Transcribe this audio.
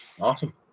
Awesome